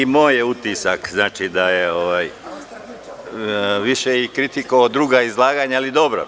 I moj je utisak da je više kritikovao druga izlaganja, ali dobro.